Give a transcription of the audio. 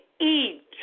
eat